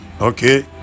okay